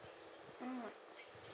mm